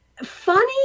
funny